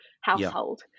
household